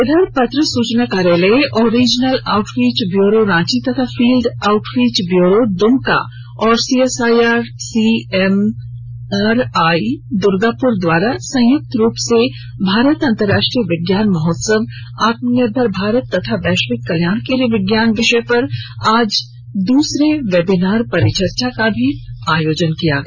इधर पत्र सूचना कार्यालय और रीजनल आउटरीच ब्यूरो रांची तथा फील्ड आउटरीच ब्यूरो दुमका और सीएसआईआर सीएमईआरआई दुर्गापुर द्वारा संयुक्त रूप से भारत अंतरराष्ट्रीय विज्ञान महोत्सवः आत्म निर्भर भारत तथा वैश्विक कल्याण के लिए विज्ञान विषय पर आज दूसरे वेबिनार परिचर्चा का भी आयोजन किया गया